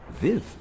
Viv